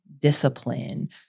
discipline